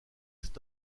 cet